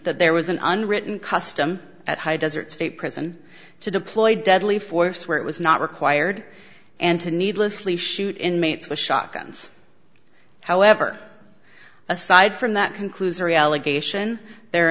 that there was an unwritten custom at high desert state prison to deploy deadly force where it was not required and to needlessly shoot inmates was shotguns however aside from that conclusory allegation there are